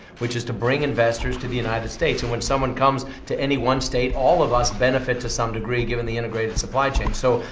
which is to bring investors to the united states. and when someone comes to any one state, all of us benefit to some degree, given the integrated supply chain. so,